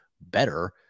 better